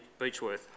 Beechworth